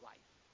life